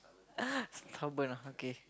stubborn ah okay